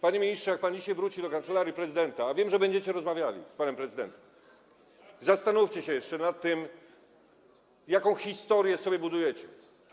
Panie ministrze, kiedy pan dzisiaj wróci do Kancelarii Prezydenta, wiem, że będziecie rozmawiali z panem prezydentem, zastanówcie się jeszcze nad tym, jaką historię sobie budujecie.